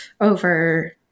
over